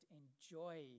enjoy